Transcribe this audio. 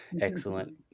excellent